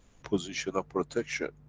position of protection.